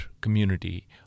community